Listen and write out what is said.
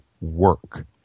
work